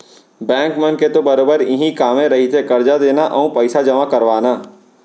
bank मन के तो बरोबर इहीं कामे रहिथे करजा देना अउ पइसा जमा करवाना